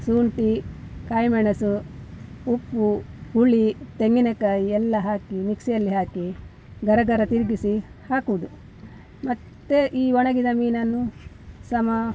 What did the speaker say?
ಶುಂಠಿ ಕಾಯಿ ಮೆಣಸು ಉಪ್ಪು ಹುಳಿ ತೆಂಗಿನಕಾಯಿ ಎಲ್ಲ ಹಾಕಿ ಮಿಕ್ಸಿಯಲ್ಲಿ ಹಾಕಿ ಗರಗರ ತಿರುಗಿಸಿ ಹಾಕೋದು ಮತ್ತು ಈ ಒಣಗಿದ ಮೀನನ್ನು ಸಮ